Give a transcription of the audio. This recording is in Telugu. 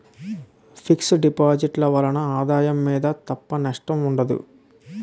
ఫిక్స్ డిపాజిట్ ల వలన ఆదాయం మీద తప్ప నష్టం ఉండదు